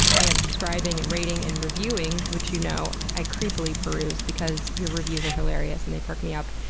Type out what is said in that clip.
and subscribing, and rating and reviewing, which you know i creepily peruse because your reviews are hilarious and they perk me up.